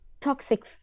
toxic